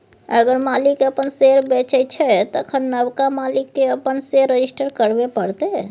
अगर मालिक अपन शेयर बेचै छै तखन नबका मालिक केँ अपन शेयर रजिस्टर करबे परतै